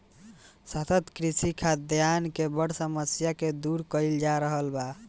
सतत कृषि खाद्यान के बड़ समस्या के दूर कइल जा रहल बा